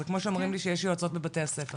זה כמו שאומרים לי שיש יועצת בבתי הספר,